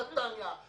נתניה,